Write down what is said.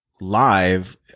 live